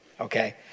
Okay